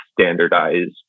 standardized